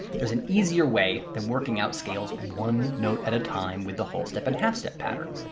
there's an easier way than working out scales one note at a time with the whole step and half step pattern.